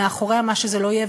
מאחורי מה שזה לא יהיה,